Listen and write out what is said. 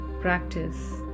practice